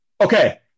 Okay